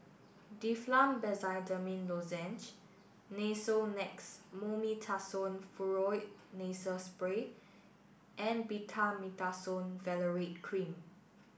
Difflam Benzydamine Lozenges Nasonex Mometasone Furoate Nasal Spray and Betamethasone Valerate Cream